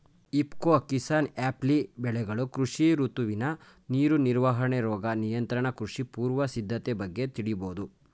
ಇಫ್ಕೊ ಕಿಸಾನ್ಆ್ಯಪ್ಲಿ ಬೆಳೆಗಳು ಕೃಷಿ ಋತುಮಾನ ನೀರು ನಿರ್ವಹಣೆ ರೋಗ ನಿಯಂತ್ರಣ ಕೃಷಿ ಪೂರ್ವ ಸಿದ್ಧತೆ ಬಗ್ಗೆ ತಿಳಿಬೋದು